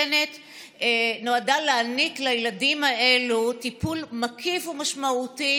ונועדה להעניק לילדים האלו טיפול מקיף ומשמעותי